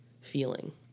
feeling